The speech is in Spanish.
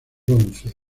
bronce